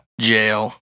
jail